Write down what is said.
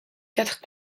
quatre